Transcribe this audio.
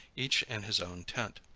each in his own tent.